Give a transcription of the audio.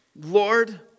Lord